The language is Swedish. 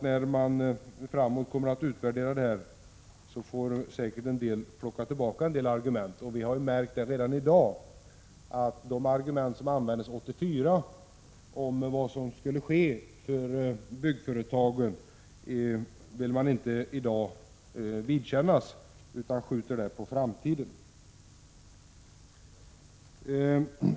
När man i framtiden kommer att utvärdera detta kommer säkert en del att få ta tillbaka vissa argument. Vi har redan i dag märkt att man inte vill vidkännas de argument som 1984 användes om vad som skulle kunna ske med byggföretagen — den frågan skjuter man på framtiden.